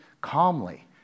calmly